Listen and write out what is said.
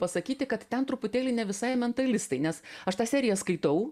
pasakyti kad ten truputėlį ne visai mentalistai nes aš tą seriją skaitau